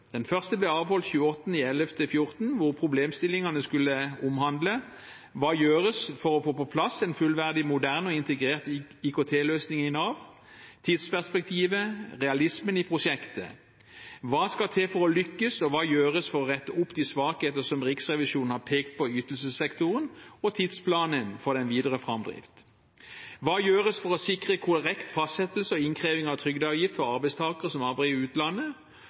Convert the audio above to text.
Den første ble avholdt 28. november 2014, hvor problemstillingene skulle omhandle: Hva gjøres for å få på plass en fullverdig, moderne og integrert IKT-løsning i Nav? Hva er tidsperspektivet og realismen i prosjektet? Hva skal til for å lykkes? Hva gjøres for å rette opp de svakheter som Riksrevisjonen har pekt på i ytelsessektoren? Og hvordan er tidsplanen for den videre framdrift? Hva gjøres for å sikre korrekt fastsettelse og innkreving av trygdeavgift for arbeidstakere som arbeider i utlandet?